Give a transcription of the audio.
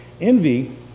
Envy